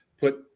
put